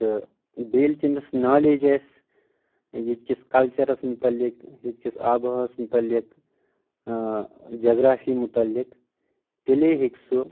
تہٕ بیٚیہِ ییٚلہِ تٔمِس نالیج آسہِ ییٚتہِ کِس کلچرس مُتعلق ییٚتہِ کِس آب و ہوا ہس مُتعلق جگرافی مُتعلق تیٚلے ہٮ۪کہِ سُہ